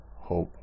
hope